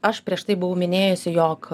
aš prieš tai buvau minėjusi jog